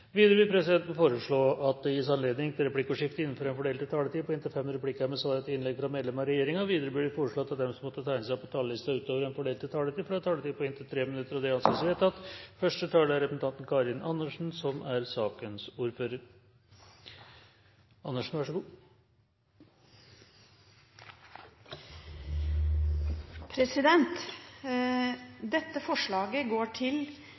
Videre vil presidenten foreslå at det gis anledning til replikkordskifte på inntil fem replikker med svar etter innlegg fra medlem av regjeringen innenfor den fordelte taletid. Videre blir det foreslått at de som måtte tegne seg på talerlisten utover den fordelte taletid, får en taletid på inntil 3 minutter. – Det anses vedtatt. Disse forslagene går til